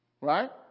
Right